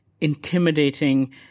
intimidating